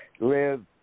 live